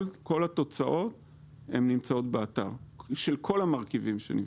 כל התוצאות נמצאות באתר, של כל המרכיבים שנבדקים.